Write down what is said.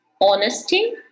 honesty